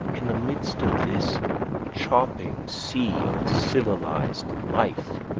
in the midst of this chopping sea of civilized life,